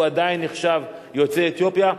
עדיין נחשב יוצא אתיופיה,